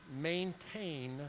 maintain